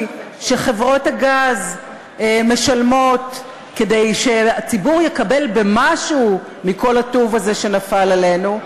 שחברות הגז משלמות כדי שהציבור יקבל משהו מכל הטוב הזה שנפל עלינו.